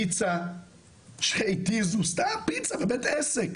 פיצה שהתיזו סתם, פיצה, בית עסק,